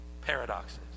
paradoxes